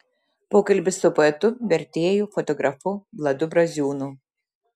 pokalbis su poetu vertėju fotografu vladu braziūnu